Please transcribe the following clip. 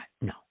no